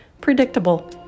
predictable